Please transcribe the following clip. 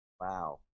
Wow